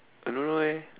I don't know eh